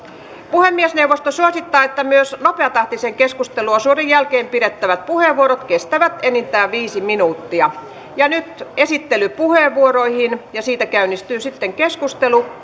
puhemiesneuvosto suosittaa että myös nopeatahtisen keskusteluosuuden jälkeen pidettävät puheenvuorot kestävät enintään viisi minuuttia nyt esittelypuheenvuoroihin ja siitä käynnistyy sitten keskustelu